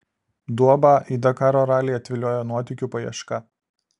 duobą į dakaro ralį atviliojo nuotykių paieška